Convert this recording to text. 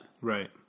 Right